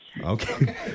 Okay